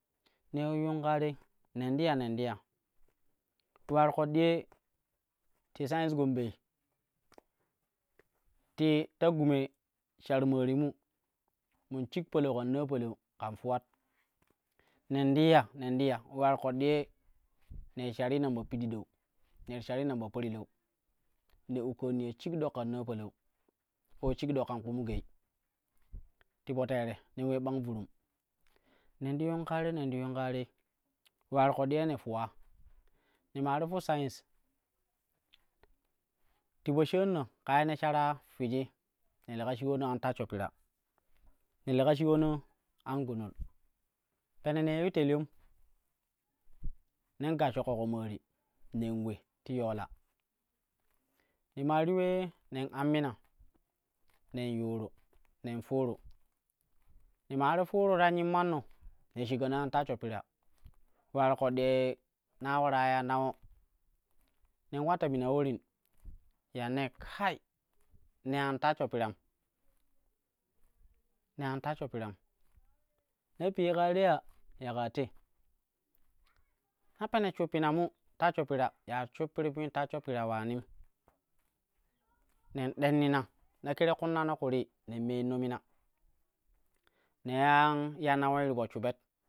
Neu yiu yuun kaa tei nen ti ya, nen ti ya ule ular ƙoɗɗi ye ti science gombei ti ta gume shar maari mu mun shig palou kan naa palau kan fuwat, nen ti ya nen ti ya ule ular ƙoɗɗi ye ne ti sharii number pididau ne ti sharii number parilau ne ukka niyo shig ɗok kan naa palau ko shig ɗok kan kpunu gei, ti po tere nen ule bang vuruum nen ti yuun kaa tei nenti yuun kaa tei ule ular ƙoɗɗi ye ne fuwa. Ne maa ti fu science ti poshaarino ka ye ne shara fiji ne leka shiulano an tashsho pira, ne leka shiulano an gunul pene nei yu telyom nen gasho ƙoƙo maari nen ule ti yola, ne maa ti ulee nen ammina nen yuuru nen fuuru ne maa ti fuuru ta nyimmanno ne shigano an tashsho pira ule ular ƙoɗɗi na ularai ya nawo nen ular ta mina ulorin ga ne kai nei an tashsho piram, nei an tashsho piram na piye kaa te ya ya kaa te, na pene shuppina mu tashsho pira, ya shuppir mui tashsho pira ulanim nen ɗennina na kere kunnano kuri nen meeno mina nen ula ya nawoi ti po shubet.